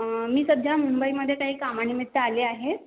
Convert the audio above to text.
मी सध्या मुंबईमध्ये काही कामानिमित्त आले आहे